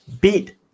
beat